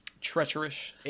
Treacherous